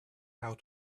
how